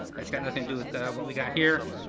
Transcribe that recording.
that's got nothing to do with what we got here.